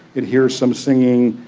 it hears some singing,